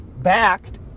backed